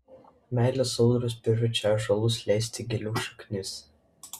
meilės audros priverčia ąžuolus leisti giliau šaknis